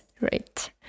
right